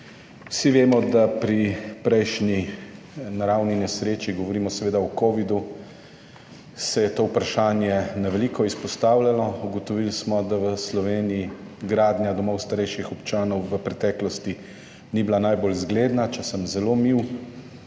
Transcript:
Vsi vemo, da se je pri prejšnji naravni nesreči, govorimo seveda o covidu, to vprašanje na veliko izpostavljalo. Ugotovili smo, da v Sloveniji gradnja domov starejših občanov v preteklosti ni bila najbolj zgledna, če sem zelo mil.